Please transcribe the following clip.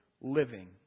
living